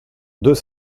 deux